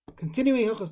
Continuing